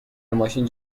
ماشین